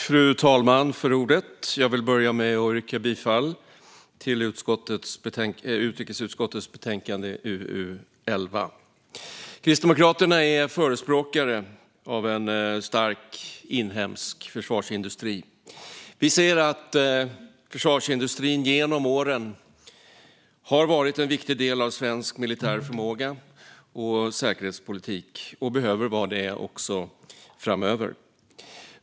Fru talman! Jag börjar med att yrka bifall till utskottets förslag i betänkande UU11. Kristdemokraterna är förespråkare av en stark inhemsk försvarsindustri. Vi ser att försvarsindustrin genom åren har varit en viktig del av svensk militär förmåga och säkerhetspolitik och behöver vara det också framöver.